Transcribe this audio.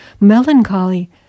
melancholy